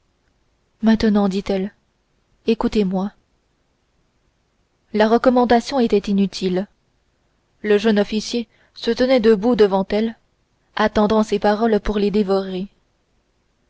maintenant dit-elle écoutez-moi la recommandation était inutile le jeune officier se tenait debout devant elle attendant ses paroles pour les dévorer